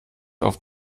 auf